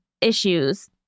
issues